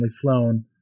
flown